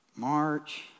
March